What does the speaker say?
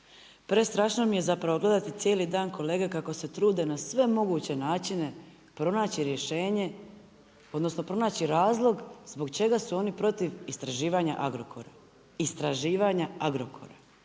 Prestrašno mi je zapravo gledati cijeli dan kolege kako se trude na sve moguće načine pronaći rješenje, odnosno, pronaći razlog zbog čega su oni protiv istraživanja Agrokora. Istraživanja Agrokora.